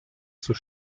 zur